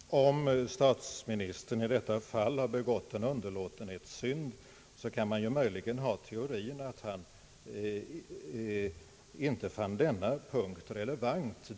Herr talman! Om statsministern i detta fall begått en underlåtenhetssynd, kan man ju möjligen ha teorin att han inte fann denna punkt relevant.